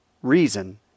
reason